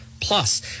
plus